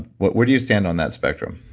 where do you stand on that spectrum?